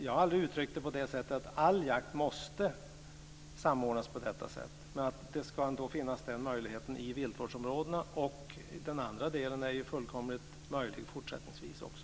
Jag har aldrig uttryckt mig på det sättet att all jakt måste samordnas. Men möjligheten ska ändå finnas i viltvårdsområdena. Den andra delen är fullkomligt möjlig fortsättningsvis också.